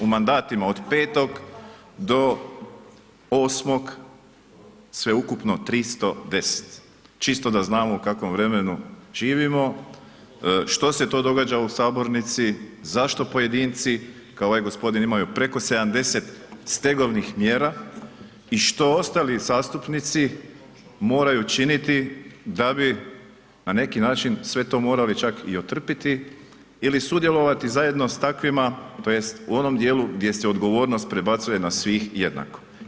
U mandatima od 5. do 8. sveukupno 310., čisto da znamo u kakvom vremenu živimo, što se to događa u sabornici, zašto pojedinci kao ovaj gospodin imaju preko 70 stegovnih mjera i što ostali zastupnici moraju činiti da bi na neki način sve to morali čak i otrpiti ili sudjelovati zajedno s takvima tj. u onom dijelu gdje se odgovornost prebacuje na svih jednako.